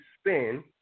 spin